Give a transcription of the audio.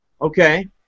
Okay